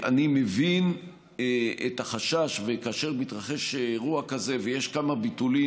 אני מבין את החשש כאשר מתרחש אירוע כזה ויש כמה ביטולים.